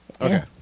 Okay